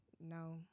No